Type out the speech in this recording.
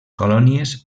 colònies